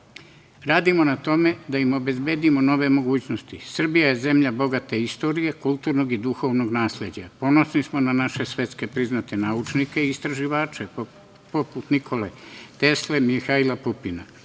Radimo na tome da im obezbedimo nove mogućnosti. Srbija je zemlja bogate istorije, kulturnog i duhovnog nasleđa. Ponosni smo na naše svetski priznate naučnike i istraživače, poput Nikole Tesle i Mihaila Pupina. Sa